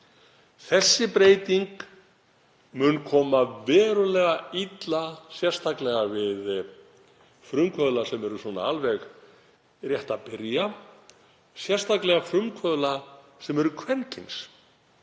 Þessi breyting mun koma verulega illa sérstaklega við frumkvöðla sem eru alveg rétt að byrja, sérstaklega frumkvöðla sem eru kvenkyns.